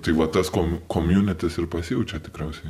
tai va tas kom komiunitis ir pasijaučia tikriausiai